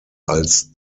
als